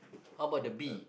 how about the bee